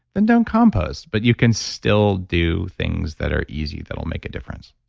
then don't compost, but you can still do things that are easy. that'll make a difference.